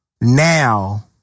now